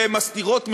שהן מסתירות מחירים,